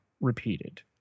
repeated